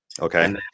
Okay